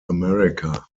america